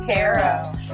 Tarot